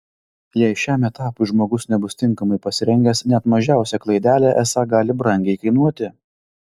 jei šiam etapui žmogus nebus tinkamai pasirengęs net mažiausia klaidelė esą gali brangiai kainuoti